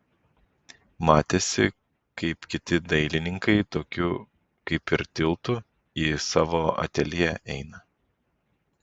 matėsi kaip kiti dailininkai tokiu kaip ir tiltu į savo ateljė eina